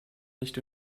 nicht